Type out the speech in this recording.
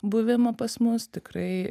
buvimą pas mus tikrai